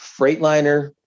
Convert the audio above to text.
Freightliner